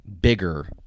bigger